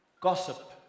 gossip